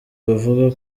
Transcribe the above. bavuga